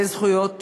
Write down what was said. ולמעשה זכויות